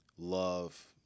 love